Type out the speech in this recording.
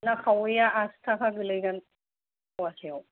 ना खावैया आसि थाखा गोग्लैगोन फवासेयाव